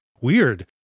weird